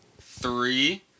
three